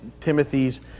Timothy's